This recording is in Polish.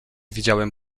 widziałem